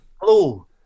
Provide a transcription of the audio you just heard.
Hello